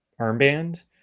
armband